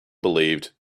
believed